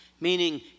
meaning